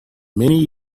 many